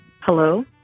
Hello